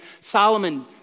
Solomon